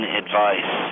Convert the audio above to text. advice